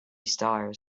stars